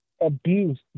abuse